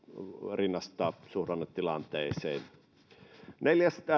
rinnastaa suhdannetilanteeseen neljäs